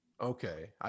Okay